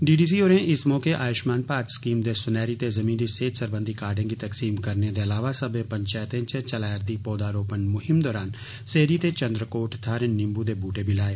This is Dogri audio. डी डी सी होरें इस मौके आयुश्मान भारत स्कीम दे सुनहरी ते ज़िमी दी सेहत सरबंधी कार्डे गी तक्सीम करने दे अलावा सब्बै पंचैतें च चलै रदी पौधारोपण मुहिम दौरान सेरी ते चंद्रकोट थाह्रें नींबू दे बूहटे बी लाए